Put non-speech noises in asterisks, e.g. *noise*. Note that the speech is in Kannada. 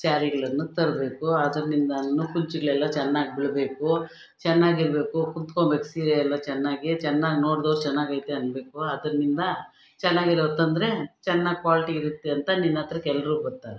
ಸ್ಯಾರಿಗಳನ್ನು ತರಬೇಕು ಅದೂ *unintelligible* ಚೆನ್ನಾಗಿ ಬೀಳಬೇಕು ಚೆನ್ನಾಗಿರಬೇಕು ಕುತ್ಕೊಬೇಕು ಸೀರೆ ಎಲ್ಲ ಚೆನ್ನಾಗಿ ಚೆನ್ನಾಗಿ ನೋಡ್ದೋರು ಚೆನ್ನಾಗೈತೆ ಅನ್ನಬೇಕು ಅದನ್ನಿಂದ ಚೆನ್ನಾಗಿರೋದು ತಂದರೆ ಚೆನ್ನಾಗಿ ಕ್ವಾಲ್ಟಿ ಇರುತ್ತೆ ಅಂತ ನಿನ್ನತ್ರಕ್ಕೆ ಎಲ್ಲರೂ ಬತ್ತಾರ